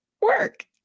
work